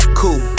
cool